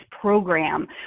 program